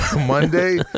Monday